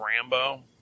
Rambo